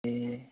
ए